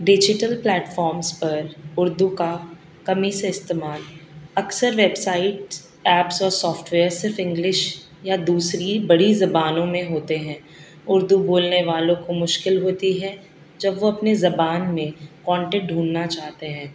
digital platforms پر اردو کا کمی سے استعمال اکثر ویب سائٹ ایپس اور سافٹویئر صرف انگلش یا دوسری بڑی زبانوں میں ہوتے ہیں اردو بولنے والوں کو مشکل ہوتی ہے جب وہ اپنی زبان میں کانٹینٹ ڈھونڈنا چاہتے ہیں